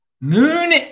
moon